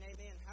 Amen